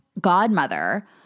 godmother